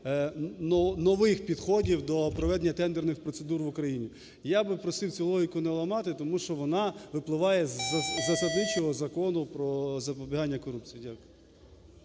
нових підходів до проведення тендерних процедур в Україні. Я би просив цю логіку не ламати, тому що вона випливає з засадничого Закону "Про запобігання корупції". Дякую.